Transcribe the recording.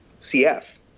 CF